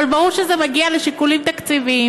ברור שכאשר זה מגיע לשיקולים תקציביים,